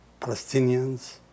Palestinians